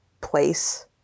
place